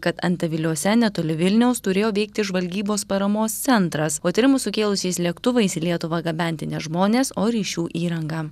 kad antaviliuose netoli vilniaus turėjo veikti žvalgybos paramos centras o įtarimų sukėlusiais lėktuvais į lietuvą gabenti ne žmonės o ryšių įranga